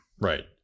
Right